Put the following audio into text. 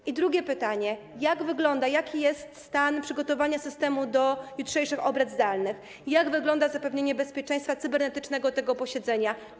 I drugie pytanie: Jaki jest stan przygotowania systemu do jutrzejszych obrad zdalnych i jak wygląda zapewnienie bezpieczeństwa cybernetycznego tego posiedzenia?